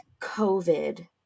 COVID